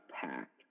packed